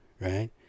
Right